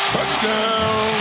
Touchdown